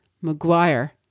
Maguire